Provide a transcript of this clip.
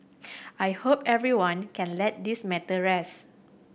I hope everyone can let this matter rest